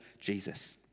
Jesus